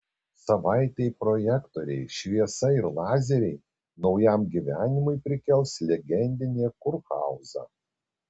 savaitei projektoriai šviesa ir lazeriai naujam gyvenimui prikels legendinį kurhauzą